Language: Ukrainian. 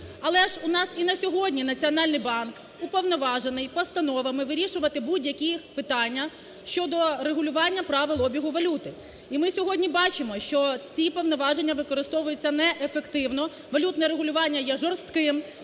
Але ж у нас і на сьогодні Національний банк уповноважений постановами вирішувати будь-які питання щодо регулювання правил обігу валюти. І ми сьогодні бачимо, що ці повноваження використовуються неефективно, валютне регулювання є жорстким,